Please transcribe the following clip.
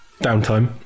downtime